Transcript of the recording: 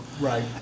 Right